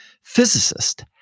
physicist